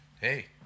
Hey